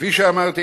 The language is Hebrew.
כפי שאמרתי,